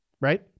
right